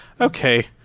okay